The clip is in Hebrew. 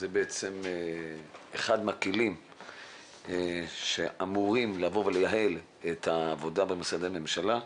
זה בעצם אחד מהכלים שאמורים לייעל את העבודה במשרדי הממשלה.